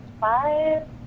five